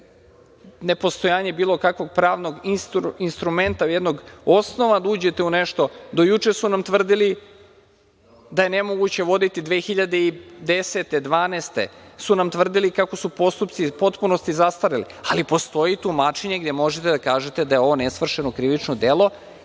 nepostojanje bilo kakvog pravnog instrumenta, jednog osnova da uđete u nešto… Do juče su nam tvrdili da je nemoguće voditi, 2010. godine, 2012. godine su nam tvrdili kako su postupci u potpunosti zastareli, ali postoji tumačenje gde možete da kažete da je ovo nesvršeno krivično delo